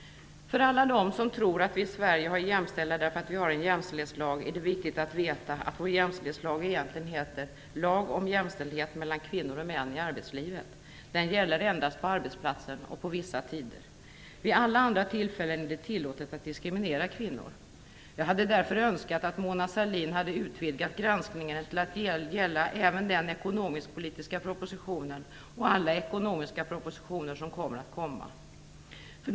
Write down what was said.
För alla dem som tror att vi i Sverige är jämställda därför att vi har en jämställdhetslag är det viktigt att veta att vår jämställdhetslag egentligen heter lag om jämställdhet mellan kvinnor och män i arbetslivet. Vid alla andra tillfällen är det tillåtet att diskriminera kvinnor. Jag hade därför önskat att Mona Sahlin hade utvidgat granskningen till att gälla även den ekonomiskpolitiska propositionen och alla ekonomiska propositioner som kommer att läggas fram.